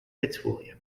fitzwilliam